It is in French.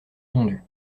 tondu